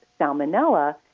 salmonella